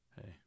Hey